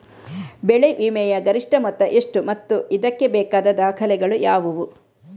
ಬೆಳೆ ವಿಮೆಯ ಗರಿಷ್ಠ ಮೊತ್ತ ಎಷ್ಟು ಮತ್ತು ಇದಕ್ಕೆ ಬೇಕಾದ ದಾಖಲೆಗಳು ಯಾವುವು?